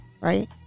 right